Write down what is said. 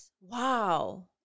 Wow